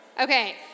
okay